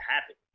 happen